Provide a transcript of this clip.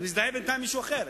מזדהה בינתיים מישהו אחר,